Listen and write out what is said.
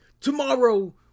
tomorrow